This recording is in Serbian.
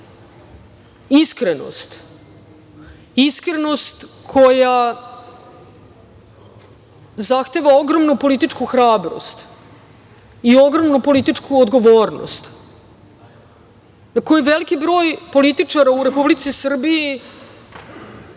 smo čuli iskrenost, koja zahteva ogromnu političku hrabrost i ogromnu političku odgovornost, koju veliki broj političara u Republici Srbiji,